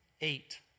eight